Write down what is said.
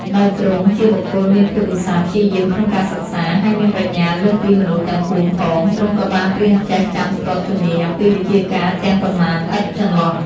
ដោយទ្រង់ជាបុគ្គលមានភាពឧស្សាហ៍ព្យាយាមក្នុងការសិក្សា ហើយមានប្រាជ្ញាលើសពីមនុស្សទាំងពួងផង ទ្រង់ក៏បានរៀនចេះចាំស្ទាត់ជំនាញអំពីវិជ្ជាការទាំងប៉ុន្មានឥតចន្លោះ។